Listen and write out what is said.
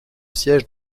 siège